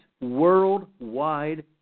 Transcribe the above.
worldwide